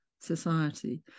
society